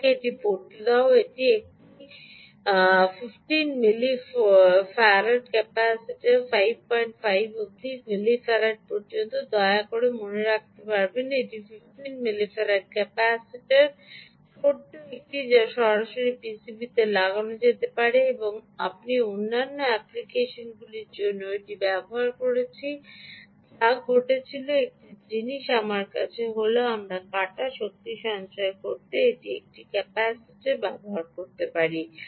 আমাকে এটি পড়তে দাও এটি একটি এটি 15 মিলিফার্ড ক্যাপাসিটার 55 অবধি 55 মিলিফার্ড পর্যন্ত দয়া করে মনে রাখবেন এটি 15 মিলিফার্ড ক্যাপাসিটার ছোট্ট একটি যা সরাসরি পিসিভিতে লাগানো যেতে পারে এবং আমি অন্যান্য অ্যাপ্লিকেশনগুলির জন্য এটি ব্যবহার করছি যা ঘটেছিল একটি জিনিস আমার কাছে হল আমরা কাটা শক্তি সঞ্চয় করতে এটি একটি ক্যাপাসিটারটি ব্যবহার করতে পারি